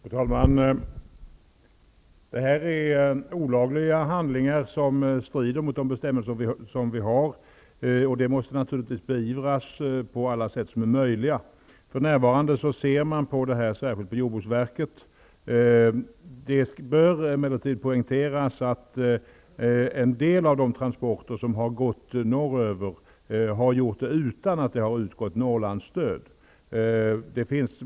Fru talman! Detta är olagliga handlingar som strider mot de bestämmelser som vi har. Sådana handlingar måste naturligtvis beivras på alla sätt som är möjliga. För närvarande ser jordbruksverket över denna fråga. Det bör emellertid poängteras att en del av de transporter som har gått norröver har skett utan att Norrlandsstöd har utgått.